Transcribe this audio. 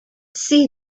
see